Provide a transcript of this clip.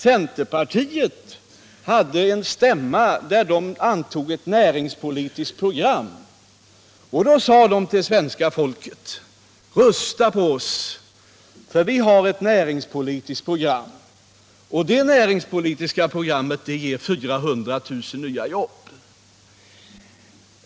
Centerpartiet hade en stämma där man antog ett näringspolitiskt program, och där sade man till svenska folket: Rösta på oss för vi har ett näringspolitiskt program, och det ger 400 000 nya jobb!